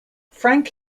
frank